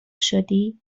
شدی